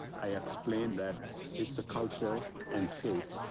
i explained that it's a culture and faith,